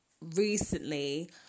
recently